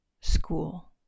school